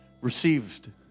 Received